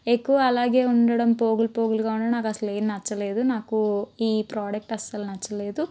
ఎక్కువ అలాగే ఉండడం పోగులు పోగులుగా ఉండడం నాకసలేం నచ్చలేదు నాకు ఈ ప్రోడక్ట్ అస్సలు నచ్చలేదు